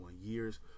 years